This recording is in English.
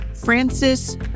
Francis